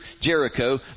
Jericho